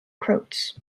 croats